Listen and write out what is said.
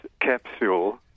capsule